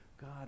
God